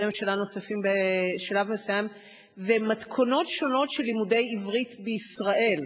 ממשלה נוספים זה מתכונות שונות של לימודי עברית בישראל.